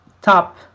top